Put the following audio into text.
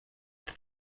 that